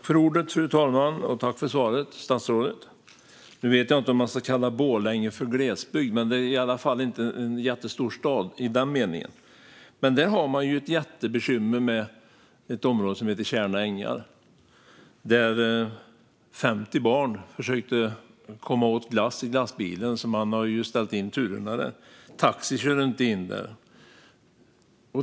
Fru talman! Tack för svaret, statsrådet! Nu vet jag inte om man ska kalla Borlänge för glesbygd, men det är i alla fall inte en jättestor stad. Där har man ett jättebekymmer med ett område som heter Tjärna Ängar. Där försökte 50 barn komma åt glass i glassbilen, så man har ställt in turerna där. Taxi kör inte in där.